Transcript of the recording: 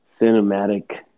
cinematic